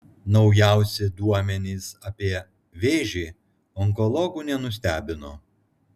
naujausi duomenys apie vėžį onkologų nenustebino